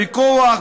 בכוח,